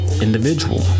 individual